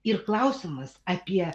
ir klausimas apie